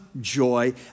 joy